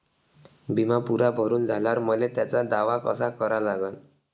बिमा पुरा भरून झाल्यावर मले त्याचा दावा कसा करा लागन?